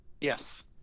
Yes